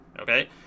okay